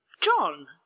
john